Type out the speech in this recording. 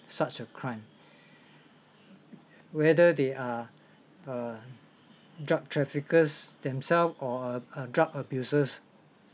such a crime whether they are a drug traffickers themselves or a uh drug abusers